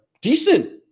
decent